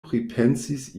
pripensis